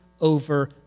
over